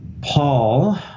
Paul